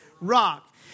rock